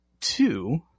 two